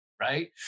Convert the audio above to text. right